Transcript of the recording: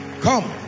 Come